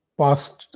past